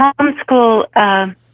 homeschool